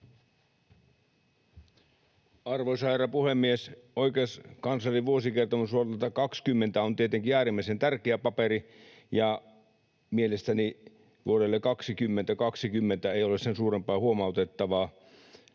Arvoisa herra puhemies! Oikeuskanslerin vuosikertomus vuodelta 20 on tietenkin äärimmäisen tärkeä paperi. Mielestäni vuodelta 2020 ei ole sen suurempaa huomautettavaa.